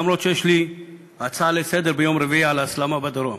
אף שיש לי הצעה לסדר-יום ביום רביעי על ההסלמה בדרום.